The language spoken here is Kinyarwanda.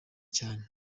cyane